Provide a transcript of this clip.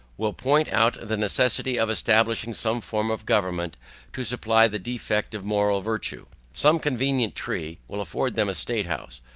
will point out the necessity, of establishing some form of government to supply the defect of moral virtue. some convenient tree will afford them a state-house,